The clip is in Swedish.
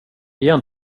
igen